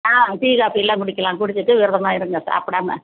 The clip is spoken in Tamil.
ஆ டீ காஃபியெலாம் குடிக்கலாம் குடிச்சுட்டு விரதமெலாம் இருங்க சாப்பிடாம